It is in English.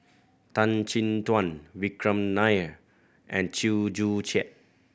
Tan Chin Tuan Vikram Nair and Chew Joo Chiat